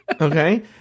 okay